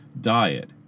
diet